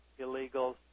illegals